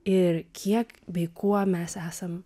ir kiek bei kuo mes esam